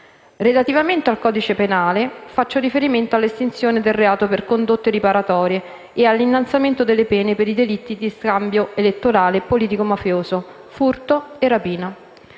Relativamente al codice penale, faccio riferimento all'estinzione del reato per condotte riparatorie e all'innalzamento delle pene per i delitti di scambio elettorale politico-mafioso, furto e rapina.